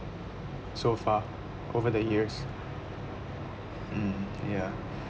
so far over the years mm ya